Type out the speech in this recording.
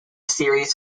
series